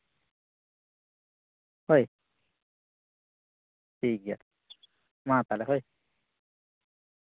ᱦᱳᱭ ᱴᱷᱤᱠᱜᱮᱭᱟ ᱢᱟ ᱛᱟᱞᱦᱮ ᱦᱳᱭ